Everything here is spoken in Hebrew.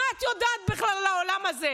מה את יודעת בכלל על העולם הזה?